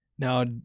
Now